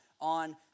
on